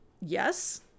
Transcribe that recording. Yes